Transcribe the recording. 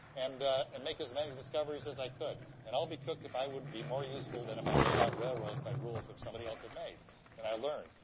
and and make as many discoveries as i could. and i'll be kicked if i wouldn't be more useful than if i laid out railroads by rules which somebody else had made and i learned.